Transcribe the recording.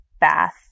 bath